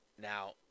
Now